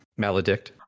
Maledict